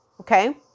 Okay